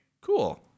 Cool